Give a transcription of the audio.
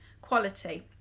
quality